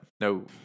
No